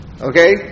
okay